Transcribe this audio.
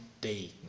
day